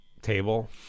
table